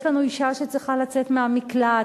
יש לנו אשה שצריכה לצאת מהמקלט,